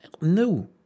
No